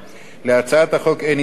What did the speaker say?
להצעת החוק אין הסתייגויות,